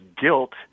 guilt